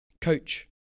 coach